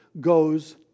goes